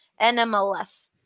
NMLS